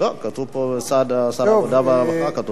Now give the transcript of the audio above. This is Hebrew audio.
לא, כתוב פה: שר העבודה והרווחה.